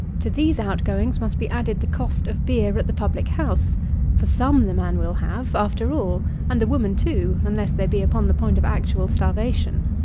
to these outgoings must be added the cost of beer at the public-house for some the man will have, after all, and the woman too, unless they be upon the point of actual starvation.